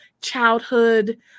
childhood